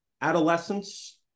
adolescence